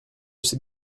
sais